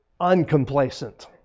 uncomplacent